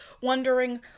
wondering